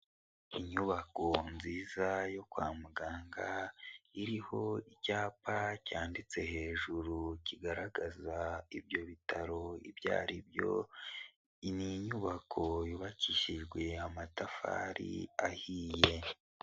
Inyubako nziza yo kwa muganga, iriho icyapa cyanditse hejuru kigaragaza ibyo bitaro ibyo ari byo, ni inyubako yubakishijwe amatafari ahiye.